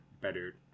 better